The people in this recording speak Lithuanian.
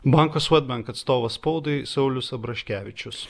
banko swedbank atstovas spaudai saulius abraškevičius